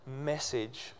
message